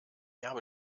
habe